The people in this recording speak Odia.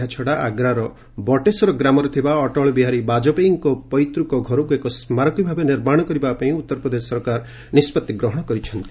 ଏହାଛଡ଼ା ଆଗ୍ରାର ବଟେଶ୍ୱର ଗ୍ରାମରେ ଥିବା ଅଟଳ ବିହାରୀ ବାଜପେୟୀଙ୍କ ପୈତ୍କ ଘରକ୍ ଏକ ସ୍କାରକ ଭାବେ ନିର୍ମାଣ କରିବା ପାଇଁ ଉତ୍ତରପ୍ରଦେଶ ସରକାର ନିଷ୍ପଭି ନେଇଛନ୍ତି